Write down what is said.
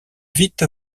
vite